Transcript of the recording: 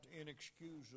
inexcusable